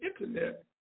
Internet